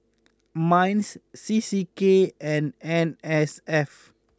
Minds C C K and N S F